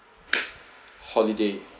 holiday